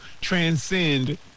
transcend